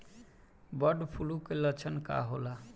Bird flu के लक्षण का होला?